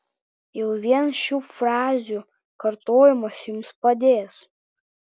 jau vien šių frazių kartojimas jums padės